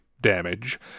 damage